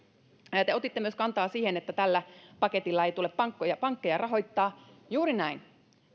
te otitte kantaa myös siihen että tällä paketilla ei tule pankkeja rahoittaa juuri näin